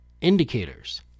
indicators